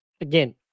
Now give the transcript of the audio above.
again